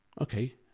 okay